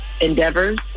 endeavors